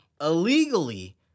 illegally